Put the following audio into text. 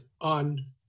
on